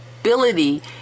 ability